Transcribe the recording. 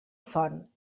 font